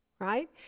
right